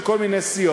של כל מיני סיעות.